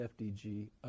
FDG